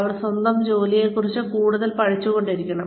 അവർ സ്വന്തം ജോലിയെക്കുറിച്ച് കൂടുതൽ കൂടുതൽ പഠിച്ചുകൊണ്ടിരിക്കണം